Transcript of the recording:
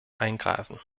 eingreifen